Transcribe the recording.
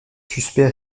suspect